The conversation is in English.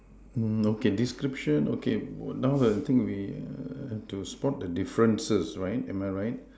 okay description okay what now I think we err have to spot the differences right am I right